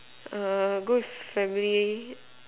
err go with family